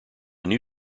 new